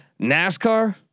NASCAR